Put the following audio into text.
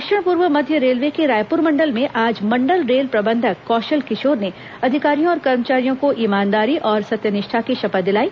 दक्षिण पूर्व मध्य रेलवे के रायपुर मंडल में आज मंडल रेल प्रबंधक कौशल किशोर ने अधिकारियों और कर्मचारियों को ईमानदारी और सत्यनिष्ठा की शपथ दिलाई